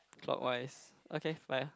clockwise okay fly ah